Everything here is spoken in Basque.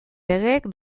legeek